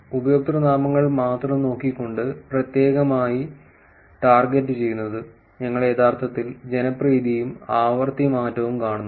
ഉപയോക്തൃനാമങ്ങൾ മാത്രം നോക്കിക്കൊണ്ട് പ്രത്യേകമായി ടാർഗെറ്റുചെയ്യുന്നത് ഞങ്ങൾ യഥാർത്ഥത്തിൽ ജനപ്രീതിയും ആവൃത്തി മാറ്റവും കാണുന്നു